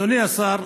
אדוני השר,